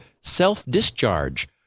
self-discharge